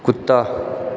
कुत्ता